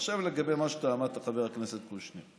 עכשיו לגבי מה שאתה אמרת, חבר הכנסת קושניר.